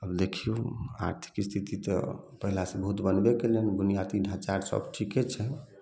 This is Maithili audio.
आब देखियौ आर्थिक स्थिति तऽ पहिले से बहुत बनबे कयलै बुनियादी ढाँचा आर सब ठीके छै